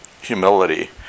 Humility